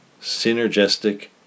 synergistic